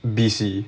b c